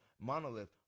Monolith